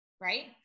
Right